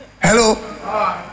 Hello